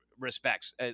respects